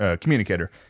communicator